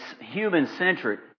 human-centric